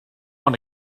want